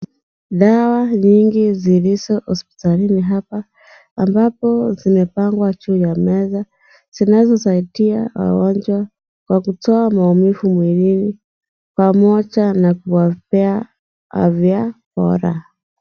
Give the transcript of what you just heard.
Dawa nyingi zilizo hospitalini hapa ambapo zimepangwa juu ya meza zinaweza saidia wagonjwa kwa kutoa maumivu mwilini pamoja na kuwapea afya bora.